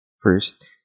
First